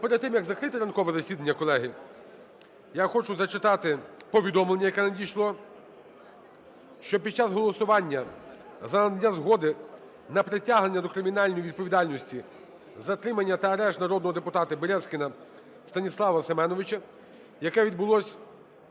перед тим, як закрити ранкове засідання, колеги, я хочу зачитати повідомлення, яке надійшло: що під час голосування за надання згоди на притягнення до кримінальної відповідальності, затримання та арешт народного депутата Березкіна Станіслава Семеновича, яке відбулося